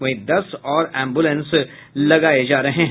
वहीं दस और एम्बुलेंस लगाये जा रहे हैं